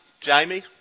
Jamie